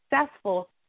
successful